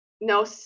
no